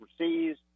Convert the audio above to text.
overseas